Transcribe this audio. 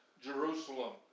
Jerusalem